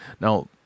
Now